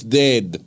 dead